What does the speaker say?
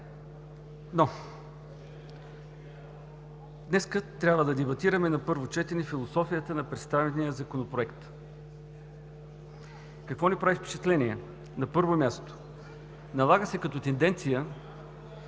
но днес трябва да дебатираме на първо четене философията на представения законопроект. Какво ни прави впечатление? На първо място, налага се като тенденция